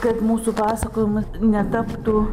kad mūsų pasakojimas netaptų